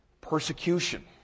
persecution